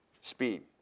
Speed